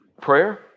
prayer